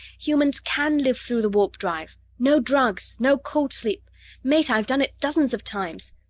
humans can live through the warp-drive! no drugs, no cold-sleep meta, i've done it dozens of times!